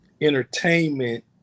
entertainment